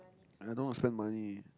I don't know how to spend money